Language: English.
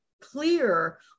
clear